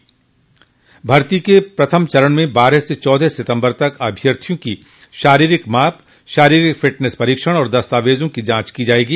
इस भर्ती के प्रथम चरण में बारह से चौदह सितम्बर तक अभ्यर्थियों की शारीरिक माप शारीरिक फिटनेस परीक्षण एवं दस्तावेजों की जांच की जायेगी